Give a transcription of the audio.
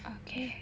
okay